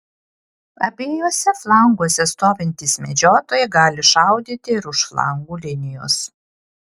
abiejuose flanguose stovintys medžiotojai gali šaudyti ir už flangų linijos